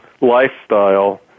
lifestyle